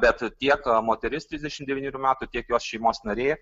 bet tiek moteris trisdešimt devynerių metų tiek jos šeimos nariai